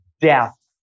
death